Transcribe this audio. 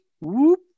whoop